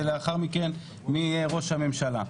ולאחר מכן מי יהיה ראש הממשלה.